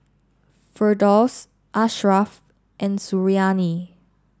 Firdaus Ashraf and Suriani